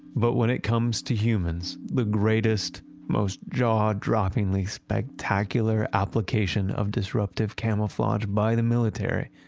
but when it comes to humans, the greatest, most jaw-droppingly, spectacular application of disruptive camouflage by the military,